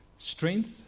Strength